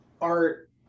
art